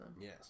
Yes